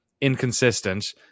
inconsistent